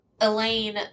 Elaine